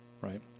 right